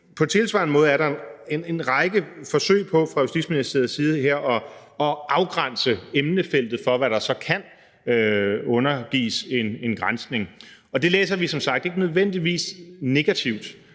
På samme måde er der en række forsøg fra Justitsministeriets side her på at afgrænse emnefeltet for, hvad der så kan undergives en granskning. Og det læser vi som sagt ikke nødvendigvis negativt.